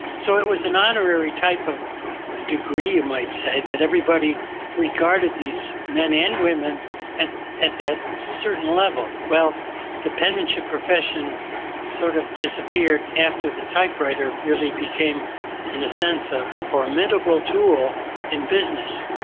so it was an honorary type of degree you might say, that everybody regarded these men and women at at that certain level. well the penmanship profession sort of disappeared after the typewriter really became in a sense, ah a formidable tool in business.